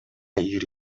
ири